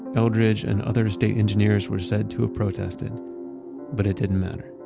eldridge and other state engineers were said to have protested but it didn't matter.